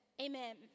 amen